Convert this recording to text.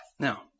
Now